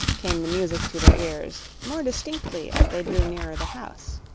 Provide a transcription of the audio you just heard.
came the music to their ears, more distinctly as they drew nearer the house.